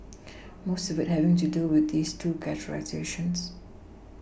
most of it having to do with those two categorisations